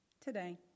today